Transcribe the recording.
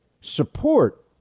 support